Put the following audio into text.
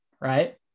right